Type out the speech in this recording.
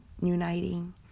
uniting